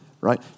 right